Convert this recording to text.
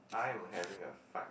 I am having a fight